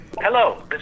Hello